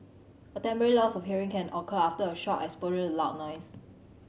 a temporary loss of hearing can occur after a short exposure to loud noise